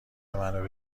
منو